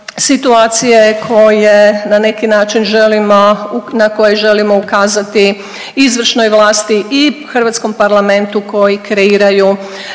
želimo, na koje želimo ukazati izvršnom vlasti i hrvatskom parlamentu koji kreiraju